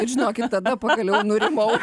ir žinokit tada pagaliau nurimau